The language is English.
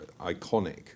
iconic